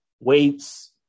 weights